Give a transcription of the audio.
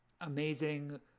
amazing